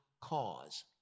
cause